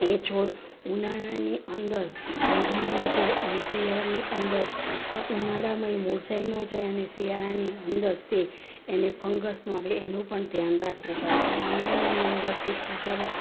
એ છોડ ઉનાળાની અંદર લંઘાઈ ન જાય અને શિયાળાની અંદર ઉનાળામાં એ મુરઝાઈ ન જાય અને શિયાળાની અંદર તે એને ફંગસ ન આવે એનું પણ ધ્યાન રાખવું પડે છે ઉનાળાની અંદરથી પૂજા